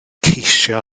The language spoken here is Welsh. ceisio